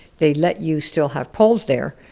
they let you still have polls there,